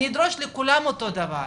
אני ידרוש לכולם אותו דבר,